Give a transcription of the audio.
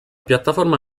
piattaforma